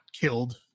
killed